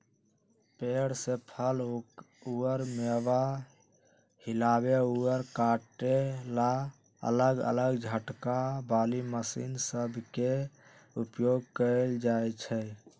पेड़ से फल अउर मेवा हिलावे अउर काटे ला अलग अलग झटका वाली मशीन सब के उपयोग कईल जाई छई